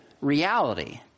reality